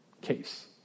case